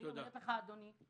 אני אומרת לך, אדוני,